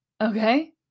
Okay